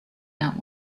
not